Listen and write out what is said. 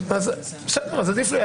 הישיבה.